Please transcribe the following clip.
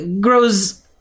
grows